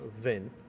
Vin